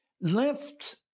left